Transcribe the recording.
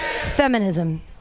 Feminism